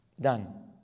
done